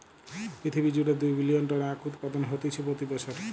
পৃথিবী জুড়ে দুই বিলিয়ন টন আখউৎপাদন হতিছে প্রতি বছর